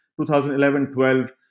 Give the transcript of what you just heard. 2011-12